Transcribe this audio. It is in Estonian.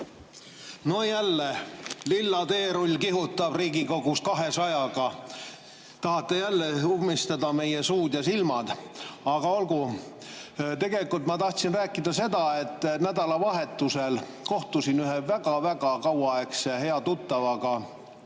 No jälle lilla teerull kihutab Riigikogus 200-ga. Tahate jälle ummistada meie suud ja silmad. Aga olgu. Tegelikult ma tahtsin rääkida seda, et nädalavahetusel ma kohtusin ühe väga kauaaegse hea tuttavaga